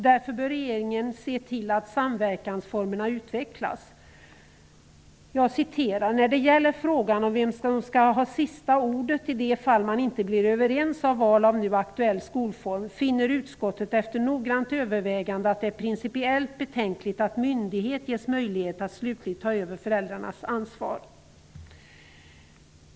Därför bör regeringen se till att samverkansformerna utvecklas. Utskottet anför i betänkandet: ''När det gäller frågan om vem som skall ha sista ordet, i de fall man inte blir överens om val av nu aktuell skolform, finner utskottet, efter noggrant övervägande, att det är principiellt betänkligt att myndighet ges möjlighet att slutligt ta över föräldrarnas ansvar.''